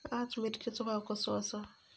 आज मिरचेचो भाव कसो आसा?